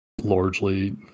largely